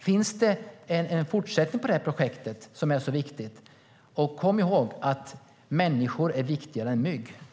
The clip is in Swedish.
Finns det en fortsättning på det här projektet som är så viktigt? Kom ihåg att människor är viktigare än mygg!